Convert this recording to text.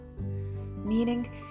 meaning